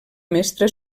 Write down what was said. mestra